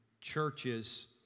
churches